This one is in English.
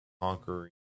conquering